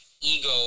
ego